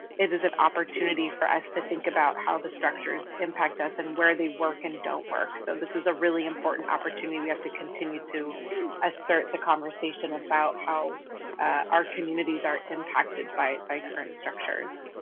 it is an opportunity for us to think about how the structures impact us and where they work and don't work. so this is a really important opportunity. we have to continue to assert the conversation about how our communities are impacted by current structures.